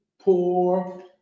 poor